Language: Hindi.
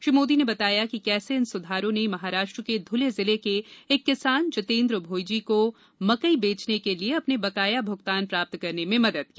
श्री मोदी ने बताया कि कैसे इन सुधारों ने महाराष्ट्र के धुले जिले के एक किसान जितेंद्र भोइजी को मकई बेचने के लिए अपने बकाया भुगतान प्राप्त करने में मदद की